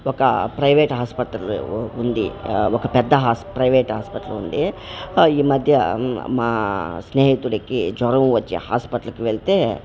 ఒక private hospital ఉంది ఒక పెద్ద హాస్ ప్రైవేట్ హాస్పిటల్ ఉంది ఈ మధ్య మా స్నేహితుడికి జ్వరం వచ్చి హాస్పిటల్కి వెళ్తే